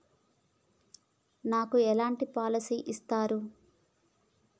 నాకు ఎలాంటి పాలసీ ఇస్తారు?